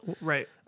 Right